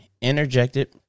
interjected